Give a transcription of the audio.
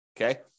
Okay